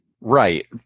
Right